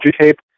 tape